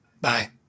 Bye